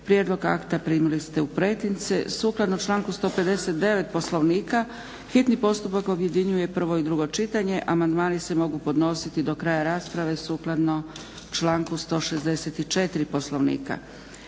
prijedlog akta primili ste u pretince. Sukladno članku 159. Poslovnika hitni postupak objedinjuje prvo i drugo čitanje, amandmani se mogu podnositi do kraja rasprave sukladno članku 164. Poslovnika.